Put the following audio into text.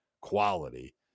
quality